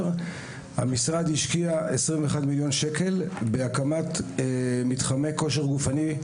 המשרד השקיע 21 מיליון שקל בהקמת מתחמי כושר גופני.